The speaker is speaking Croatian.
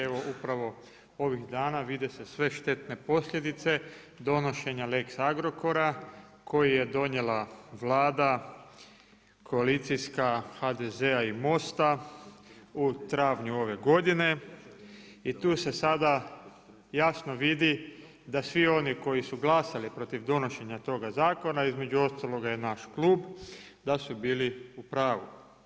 Evo upravo ovih dana vide se sve štetne posljedice donošenja Lex Agrokora koji je donijela Vlada koalicijska HDZ-a i MOST-a u travnju ove godine i tu se sada jasno vidi da svi oni koji su glasali protiv donošenja toga zakona, između ostaloga i naš klub, da su bili u pravu.